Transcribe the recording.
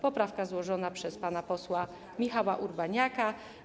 To poprawka złożona przez pana posła Michała Urbaniaka.